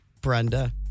Brenda